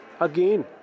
again